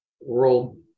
world